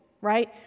right